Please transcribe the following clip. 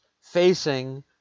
facing